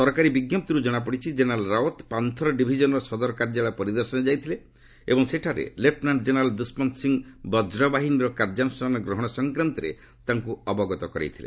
ସରକାରୀ ବିଞ୍ଜପ୍ତିରୁ ଜଣାପଡିଛି ଯେ ଜେନେରାଲ ରାଓ୍ୱତ ପାନ୍ଥର ଡିଭିଜନର ସଦର କାର୍ଯ୍ୟାଳୟ ପରିଦର୍ଶନରେ ଯାଇଥିଲେ ଏବଂ ସେଠାରେ ଲେଫୁନାଣ୍ଟ ଜେନେରାଲ ଦୁଷ୍ମନ୍ତ ସିଂ ବଜ୍ର ବାହିନୀର କାର୍ଯ୍ୟାନୁଷ୍ଠାନ ଗ୍ରହଣ ସଂକ୍ରାନ୍ତରେ ତାଙ୍କୁ ଅବଗତ କରାଇଥିଲେ